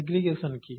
aggregation কি